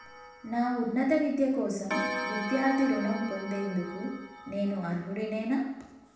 నా ఉన్నత విద్య కోసం విద్యార్థి రుణం పొందేందుకు నేను అర్హుడినేనా?